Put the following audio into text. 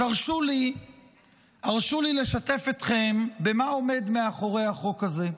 אז הרשו לי לשתף אתכם במה עומד מאחורי החוק הזה: